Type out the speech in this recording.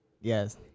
Yes